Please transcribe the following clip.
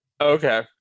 okay